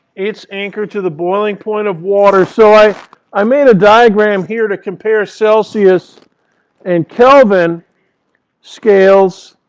it's anchored to the boiling point of water. so i i made a diagram here to compare celsius and kelvin scales,